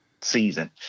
season